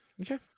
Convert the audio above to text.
Okay